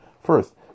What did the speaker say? first